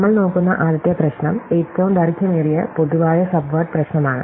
നമ്മൾ നോക്കുന്ന ആദ്യത്തെ പ്രശ്നം ഏറ്റവും ദൈർഘ്യമേറിയ പൊതുവായ സബ്വേഡ് പ്രശ്നമാണ്